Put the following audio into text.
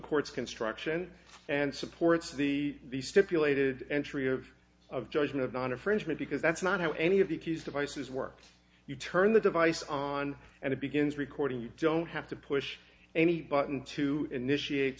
court's construction and supports the stipulated entry of of judgment of non infringement because that's not how any of these devices work you turn the device on and it begins recording you don't have to push a button to initiate